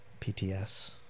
PTS